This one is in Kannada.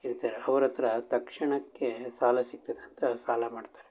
ಇರ್ತಾರೆ ಅವ್ರಹತ್ರ ತಕ್ಷಣಕ್ಕೆ ಸಾಲ ಸಿಗ್ತದೆ ಅಂತ ಅವ್ರು ಸಾಲ ಮಾಡ್ತಾರೆ